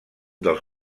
dels